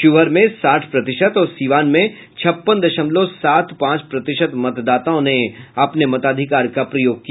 शिवहर में साठ प्रतिशत और सीवान में छप्पन दशमलव सात पांच प्रतिशत मतदाताओं ने अपने मताधिकार का प्रयोग किया